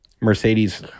Mercedes